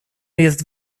jest